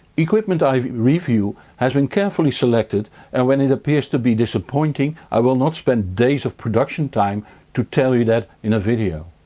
equipment i review has been carefully selected and when it appears to be disappointing i will not spend days of production time to tell you that in a video.